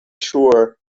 sure